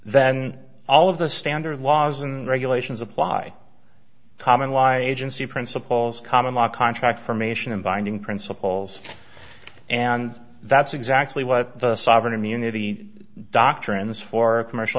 then all of the standard laws and regulations apply common lie agency principles common law contract for mation and binding principles and that's exactly what the sovereign immunity doctrine this for commercial